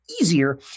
easier